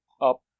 up